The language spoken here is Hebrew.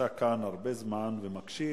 שנמצא כאן הרבה זמן ומקשיב.